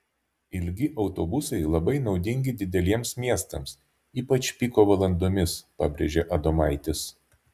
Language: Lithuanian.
ilgi autobusai labai naudingi dideliems miestams ypač piko valandomis pabrėžė adomaitis